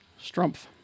Strumpf